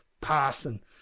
parson